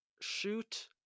shoot